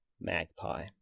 magpie